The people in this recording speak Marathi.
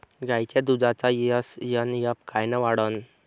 गायीच्या दुधाचा एस.एन.एफ कायनं वाढन?